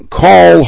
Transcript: call